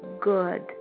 good